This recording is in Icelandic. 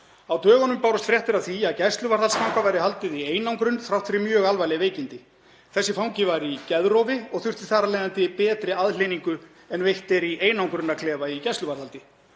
Á dögunum bárust fréttir af því að gæsluvarðhaldsfanga væri haldið í einangrun þrátt fyrir mjög alvarleg veikindi. Þessi fangi var í geðrofi og þurfti þar af leiðandi betri aðhlynningu en veitt er í einangrunarklefa í gæsluvarðhaldi.